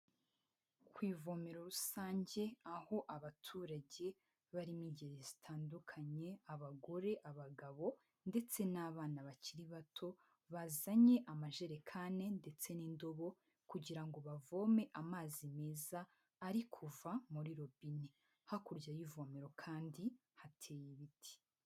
Ku ivomero rusange aho abaturage barimo ingeri zitandukanye abagore, abagabo ndetse n'abana bakiri bato, bazanye amajerekani ndetse n'indobo kugira ngo bavome amazi meza ari kuva muri robine. Hakurya y'ivomero kandi hateye ibiti.